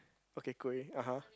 okay great (uh huh)